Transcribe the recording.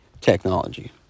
technology